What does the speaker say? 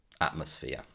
atmosphere